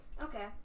Okay